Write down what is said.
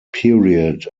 period